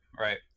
right